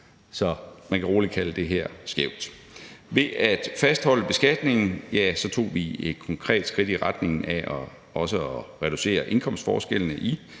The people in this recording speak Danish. Så man kan roligt kalde det her skævt. Ved at fastholde beskatningen tog vi et konkret skridt i retning af at reducere indkomstforskellene i